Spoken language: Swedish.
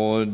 EU.